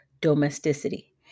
domesticity